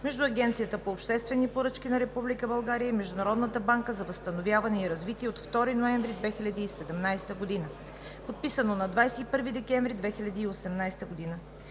между Агенцията по обществени поръчки на Република България и Международната банка за възстановяване и развитие от 2 ноември 2017 г., подписано на 21 декември 2018 г.